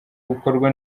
bukorwa